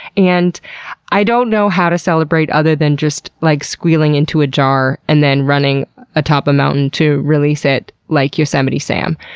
and i don't know how to celebrate other than just, like, squealing into a jar and then running atop a mountain to release it like yosemite sam.